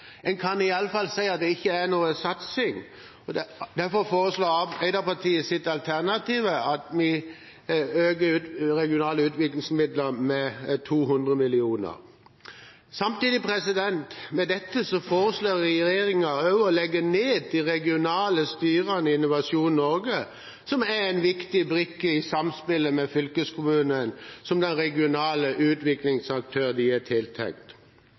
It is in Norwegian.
En kan i alle fall si at det ikke er noen satsing. Derfor foreslår Arbeiderpartiet i sitt alternative budsjett at vi øker de regionale utviklingsmidlene med 200 mill. kr. Samtidig med dette foreslår regjeringen også å legge ned de regionale styrene i Innovasjon Norge, som er en viktig brikke i samspillet med fylkeskommunene, som den regionale utviklingsaktør de er